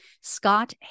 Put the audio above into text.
Scott